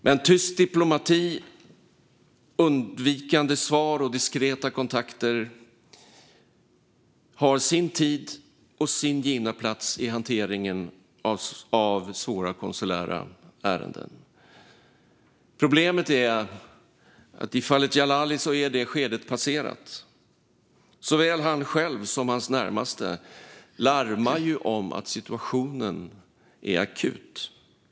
Men tyst diplomati, undvikande svar och diskreta kontakter har sin tid och sin givna plats i hanteringen av svåra konsulära ärenden. Problemet är att i fallet Djalali är det skedet passerat. Såväl han själv som hans närmaste larmar om att situationen är akut.